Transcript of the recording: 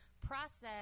process